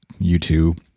YouTube